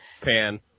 Pan